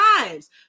lives